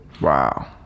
Wow